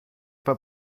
pas